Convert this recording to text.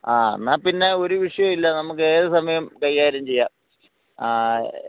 ആ എന്നാൽ പിന്നെ ഒരു വിഷയവും ഇല്ല നമുക്ക് ഏത് സമയം കൈകാര്യം ചെയ്യാം ആ